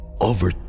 Over